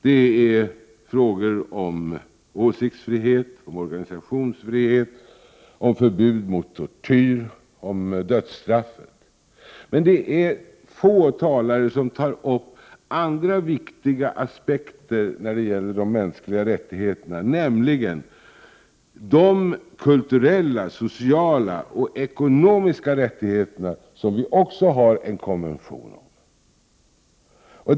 Det är frågor om åsiktsfrihet, om organisationsfrihet, om förbud mot tortyr och om dödsstraffet. Men det är få talare som tar upp andra viktiga aspekter när det gäller de mänskliga rättigheterna, nämligen de kulturella, sociala och ekonomiska rättigheterna, som det också finns en konvention om.